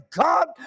God